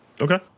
Okay